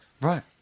Right